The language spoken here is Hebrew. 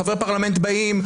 חברי פרלמנט באים,